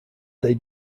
they